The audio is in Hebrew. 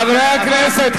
חברי הכנסת.